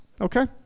okay